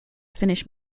finnish